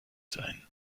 sein